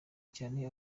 cyane